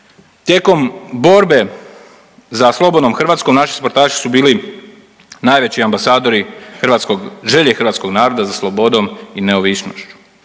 Tijekom borbe za slobodnom Hrvatskom naši sportaši su bili najveći ambasadori hrvatskog, želje hrvatskog naroda za slobodom i neovisnošću.